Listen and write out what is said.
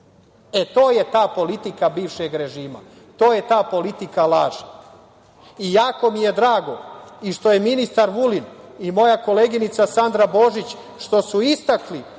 je ta politika bivšeg režima. To je ta politika laži i jako mi je drago i što su ministar Vulin i moja koleginica Sandra Božić istakli